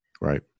Right